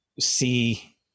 see